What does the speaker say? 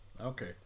Okay